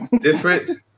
Different